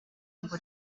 ngo